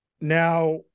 Now